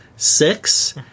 Six